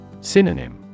Synonym